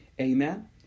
Amen